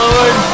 Lord